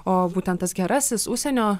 o būtent tas gerasis užsienio